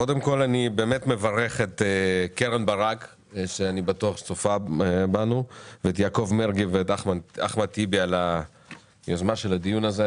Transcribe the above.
אני מברך את קרן ברק ואת יעקב מרגי ואחמד טיבי על היוזמה של הדיון הזה.